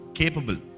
capable